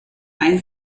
ein